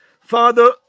Father